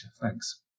Thanks